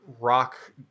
rock